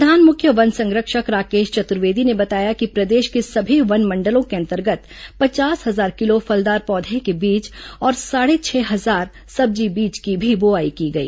प्रधान मुख्य वन संरक्षक राकेश चतुर्वेदी ने बताया कि प्रदेश के सभी वनमंडलों के अंतर्गत पचास हजार किलो फलदार पौधे के बीज और साढ़े छह हजार सब्जी बीज की भी बोआई की गई